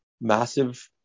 massive